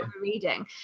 reading